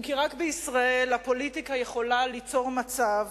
אם כי רק בישראל הפוליטיקה יכולה ליצור מצב,